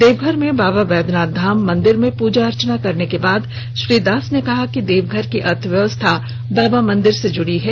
देवघर में बाबा वैद्यनाथ धाम मंदिर में पूजा अर्चना करने के बाद श्री दास ने कहा है कि देवघर की अर्थव्यवस्था बाबा मंदिर से जुड़ी है